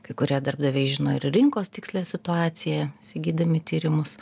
kai kurie darbdaviai žino ir rinkos tikslią situaciją įsigydami tyrimus